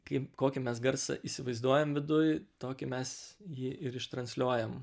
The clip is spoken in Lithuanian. kaip kokį mes garsą įsivaizduojam viduj tokį mes jį ir iš transliuojam